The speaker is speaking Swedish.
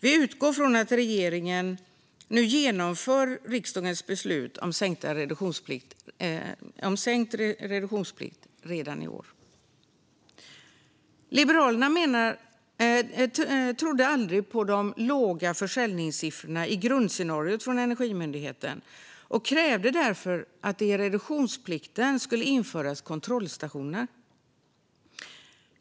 Vi utgår från att regeringen nu genomför riksdagens beslut om sänkt reduktionsplikt redan i år. Liberalerna trodde aldrig på de låga försäljningssiffrorna i grundscenariot från Energimyndigheten och krävde därför att det i reduktionsplikten skulle införas kontrollstationer.